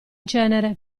cenere